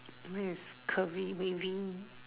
I mean is curvy waving